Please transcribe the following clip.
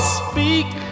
speak